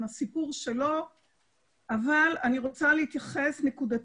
הסיפור שלו אבל אני רוצה להתייחס נקודתית.